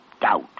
doubt